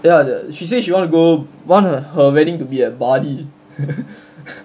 ya the she say she want to go want her her wedding to be at bali